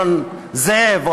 אדון זאב,